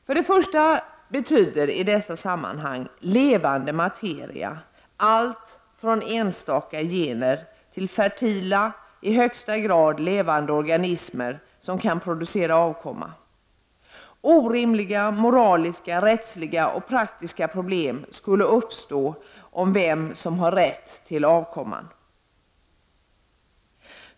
För det första betyder i dessa sammanhang ”levande materia” allt från enstaka gener till fertila, i högsta grad levande organismer som kan producera avkomma. Orimliga moraliska, rättsliga och praktiska problem skulle uppstå om vem som har rätt till avkomman.